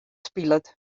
spilet